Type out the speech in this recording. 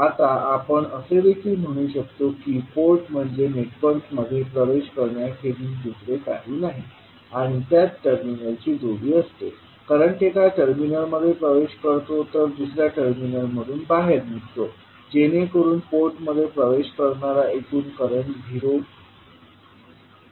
आता आपण असे देखील म्हणू शकतो की पोर्ट म्हणजे नेटवर्कमध्ये प्रवेश करण्याखेरीज दुसरे काही नाही आणि त्यात टर्मिनलची जोडी असते करंट एका टर्मिनलमध्ये प्रवेश करतो तर दुसर्या टर्मिनलमधून बाहेर निघतो जेणेकरून पोर्टमध्ये प्रवेश करणारा एकूण करंट झिरो समान असेल